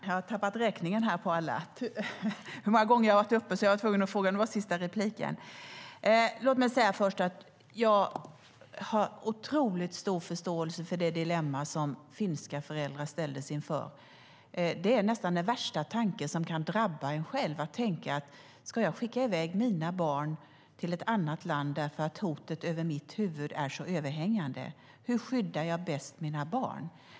Herr talman! Låt mig först säga att jag har otroligt stor förståelse för det dilemma som finska föräldrar ställdes inför. Det är nästan den värsta tanke som kan drabba en själv: Ska jag skicka i väg mina barn till ett annat land därför att hotet över mitt huvud är så överhängande? Hur skyddar jag bäst mina barn?